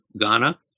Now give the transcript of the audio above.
Ghana